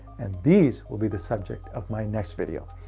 and these will be the subject of my next video.